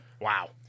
Wow